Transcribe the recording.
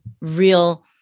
real